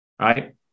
right